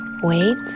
Wait